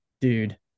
dude